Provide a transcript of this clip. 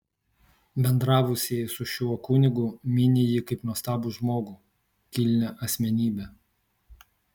bendravusieji su šiuo kunigu mini jį kaip nuostabų žmogų kilnią asmenybę